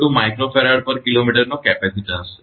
102 𝜇Fkm નો કેપેસિટીન્સ છે